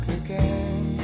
again